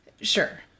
Sure